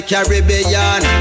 Caribbean